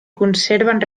conserven